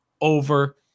over